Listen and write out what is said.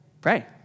Pray